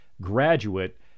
graduate